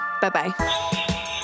Bye-bye